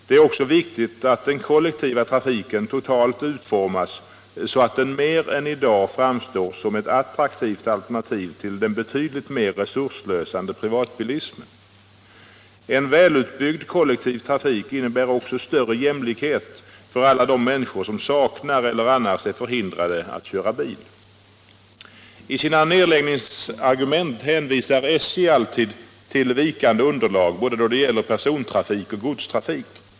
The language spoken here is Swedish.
Det är också viktigt att den kollektiva trafiken totalt utformas så att den mer än i dag framstår som ett attraktivt alternativ till den betydligt mer resursslösande privatbilismen. En välutbyggd kollektivtrafik innebär också större jämlikhet för alla de människor som saknar bil eller annars är förhindrade att köra bil. I sina nedläggningsargument hänvisar SJ alltid till vikande underlag då det gäller både persontrafik och godstrafik.